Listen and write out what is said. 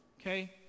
Okay